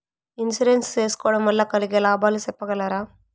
Insurance సేసుకోవడం వల్ల కలిగే లాభాలు సెప్పగలరా?